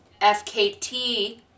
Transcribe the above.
FKT